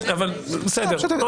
בסדר.